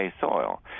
soil